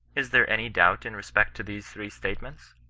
is there any doubt in respect to these three statements?